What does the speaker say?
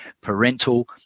parental